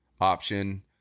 option